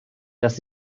dass